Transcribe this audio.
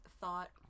thought